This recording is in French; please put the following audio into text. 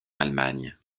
allemagne